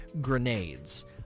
grenades